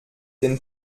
den